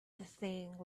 thing